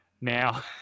Now